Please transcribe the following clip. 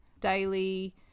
daily